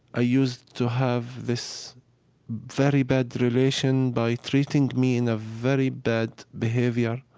i used to have this very bad relation by treating me in a very bad behavior,